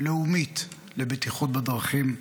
לאומית לבטיחות בדרכים.